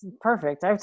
Perfect